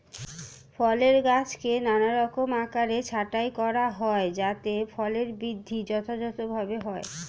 ফলের গাছকে নানারকম আকারে ছাঁটাই করা হয় যাতে ফলের বৃদ্ধি যথাযথভাবে হয়